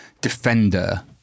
defender